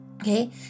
Okay